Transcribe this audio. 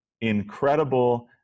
incredible